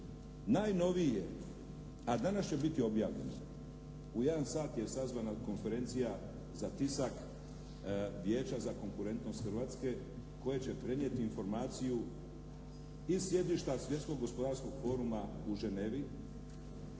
Najnovije, a danas će biti objavljeno, u jedan sat je sazvana konferencija za tisak Vijeća za konkurentnost Hrvatske koje će prenijeti informaciju iz sjedišta Svjetskog gospodarskog foruma u Ženevi,